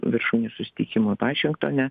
viršūnių susitikimui vašingtone